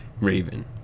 Raven